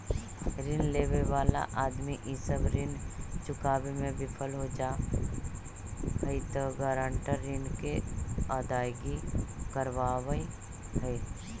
ऋण लेवे वाला आदमी इ सब ऋण चुकावे में विफल हो जा हई त गारंटर ऋण के अदायगी करवावऽ हई